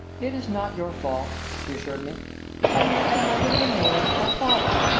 it is not your fault, she assured me only i am a little annoyed with my father.